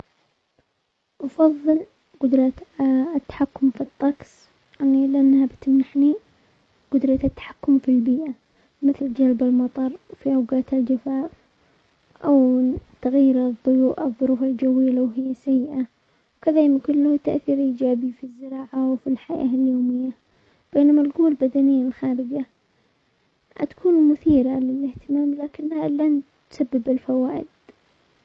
افضل قدرة التحكم في الطقس فليلا لانه بتمنحني قدرة التحكم في البيئة مثل جلب المطر في اوقات الجفاف او تغيير الظروف الجوية لو هي سيئة وكذا، يمكن له تأثير ايجابي في الزراعة وفي الحياة اليومية، بينما القوة البدنية الخارجية تكون مثيرة للاهتمام لكنها لن تسبب الفوائد.